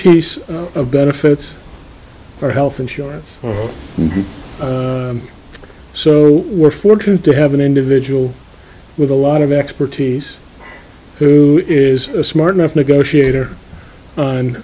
piece of benefits or health insurance and so we're fortunate to have an individual with a lot of expertise who is smart enough negotiator on